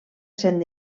saint